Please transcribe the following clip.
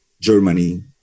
Germany